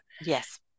yes